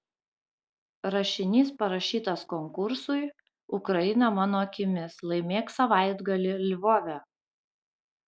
rašinys parašytas konkursui ukraina mano akimis laimėk savaitgalį lvove